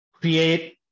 create